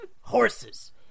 Horses